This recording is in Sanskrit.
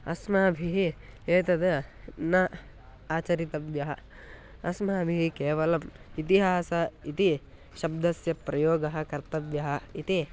अस्माभिः एतत् न आचरितव्यः अस्माभिः केवलम् इतिहास इति शब्दस्य प्रयोगः कर्तव्यः इति